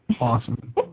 awesome